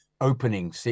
opening